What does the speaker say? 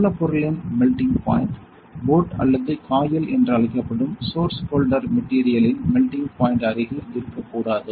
மூலப்பொருளின் melting point boat அல்லது coil என்று அழைக்கப்படும் சோர்ஸ் ஹோல்டர் மெட்டீரியல் இன் மெல்டிங் பாயின்ட் அருகில் இருக்கக் கூடாது